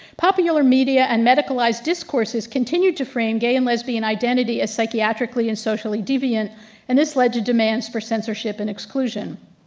popular media and medicalized discourses continued to frame gay and lesbian identity as psychiatrically and socially deviant and this led to demands for censorship and exclusion.